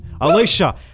Alicia